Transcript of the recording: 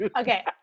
Okay